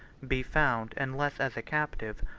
be found, unless as a captive,